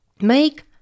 make